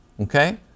Okay